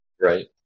Right